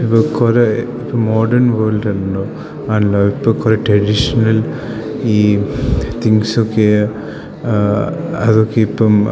ഇപ്പം കുറേ modern world ഉണ്ട് അല്ല ഇപ്പം കുറേ ട്രഡീഷണൽ ഈ തിങ്ക്സൊക്കെ അതൊക്കെ ഇപ്പം